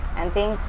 and think,